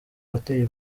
wateye